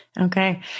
Okay